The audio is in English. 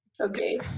Okay